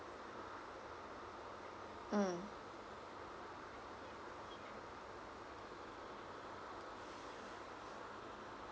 mm